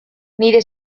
nire